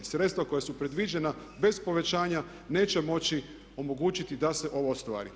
Sredstva koja su predviđena bez povećanja neće moći omogućiti da se ovo ostvari.